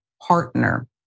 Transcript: partner